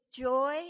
joy